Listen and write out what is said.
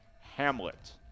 Hamlet